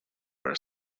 are